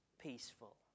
peaceful